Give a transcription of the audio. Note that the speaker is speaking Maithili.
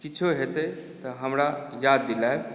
किछो हेतै तऽ हमरा याद दिलाएब